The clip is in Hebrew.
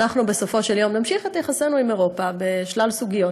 אנחנו בסופו של יום נמשיך את יחסינו עם אירופה בשלל סוגיות,